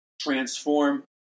transform